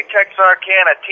Texarkana